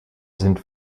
sind